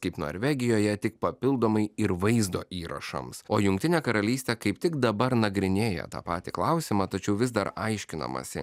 kaip norvegijoje tik papildomai ir vaizdo įrašams o jungtinė karalystė kaip tik dabar nagrinėja tą patį klausimą tačiau vis dar aiškinamasi